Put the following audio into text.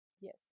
Yes